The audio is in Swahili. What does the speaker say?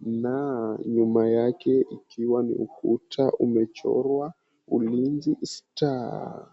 Na nyuma yake ikiwa ni ukuta umechorwa Ulinzi Stars.